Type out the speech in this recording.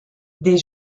des